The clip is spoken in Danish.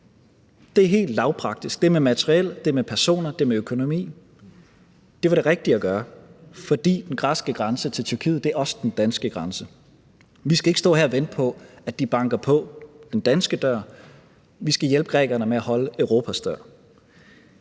Det er helt lavpraktisk; det er i forhold til materiel, personer og økonomi. Det var det rigtige at gøre, fordi den græske grænse til Tyrkiet også er den danske grænse. Vi skal ikke stå her og vente på, at de banker på den danske dør – vi skal hjælpe grækerne med at holde Europas dør.